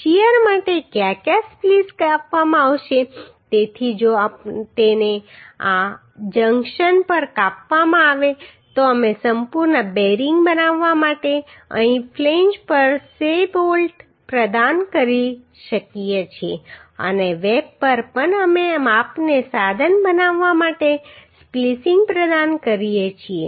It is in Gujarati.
શીયર માટે ક્યાં ક્યાં સ્પ્લીસ આપવામાં આવશે તેથી જો તેને આ જંકશન પર કાપવામાં આવે તો અમે સંપૂર્ણ બેરિંગ બનાવવા માટે અહીં ફ્લેંજ પર સે બોલ્ટ પ્રદાન કરી શકીએ છીએ અને વેબ પર પણ અમે માપને સાધન બનાવવા માટે સ્પ્લિસિંગ પ્રદાન કરીએ છીએ